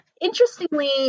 Interestingly